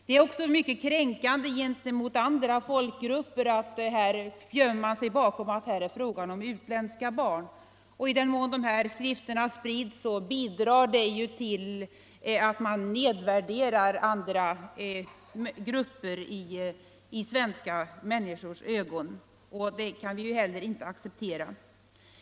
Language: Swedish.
Det är mycket kränkande gentemot andra folkgrupper att gömma sig bakom att det här är fråga om utländska barn. I den mån dessa skrifter sprids, bidrar det ju till att man nedvärderar andra grupper i svenska människors ögon, och det kan vi inte acceptera.